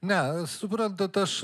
ne suprantat aš